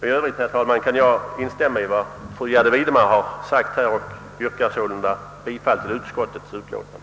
I övrigt kan jag, herr talman, instämma i vad fru Gärde Widemar sagt och yrkar sålunda bifall till utskottets hemställan.